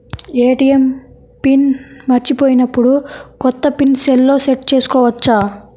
ATM pin మరచిపోయినప్పుడు, కొత్త pin సెల్లో సెట్ చేసుకోవచ్చా?